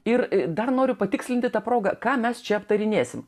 ir dar noriu patikslinti ta proga ką mes čia aptarinėsim